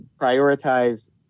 Prioritize